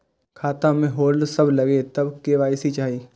खाता में होल्ड सब लगे तब के.वाई.सी चाहि?